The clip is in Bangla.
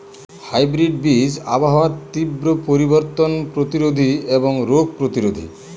হাইব্রিড বীজ আবহাওয়ার তীব্র পরিবর্তন প্রতিরোধী এবং রোগ প্রতিরোধী